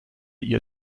ihr